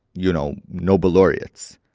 you know, nobel laureates.